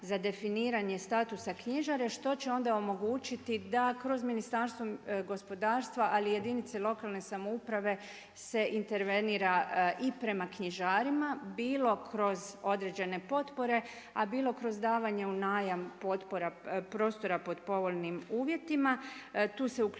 za definiranje statusa knjižare što će onda omogućiti da kroz Ministarstvo gospodarstva, ali i jedinice lokalne samouprave se intervenira i prema knjižarima, bilo kroz određene potpore, a bilo kroz davanje u najam prostora pod povoljnim uvjetima. Tu se uključio